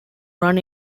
run